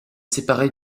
séparé